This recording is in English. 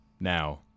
Now